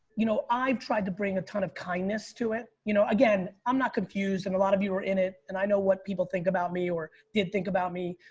you know, i've tried to bring a ton of kindness to it. you know, again, i'm not confused and a lot of you are in it and i know what people think about me or did think about me,